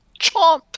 Chomp